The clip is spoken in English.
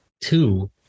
Two